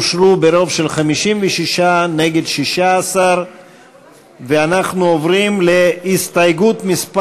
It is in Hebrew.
סעיפים 1 3 אושרו ברוב של 56 נגד 16. אנחנו עוברים להסתייגות מס'